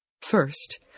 First